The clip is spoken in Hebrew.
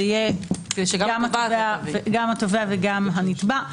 לכן כתוב "הוא בעל דין" כי גם התובעת וגם הנתבע,